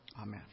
Amen